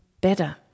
better